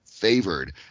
favored